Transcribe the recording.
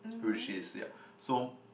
which is yeah so